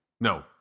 No